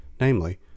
namely